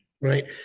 right